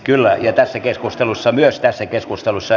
kyllä ja myös tässä keskustelussa